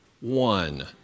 one